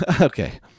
Okay